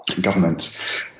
government